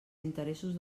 interessos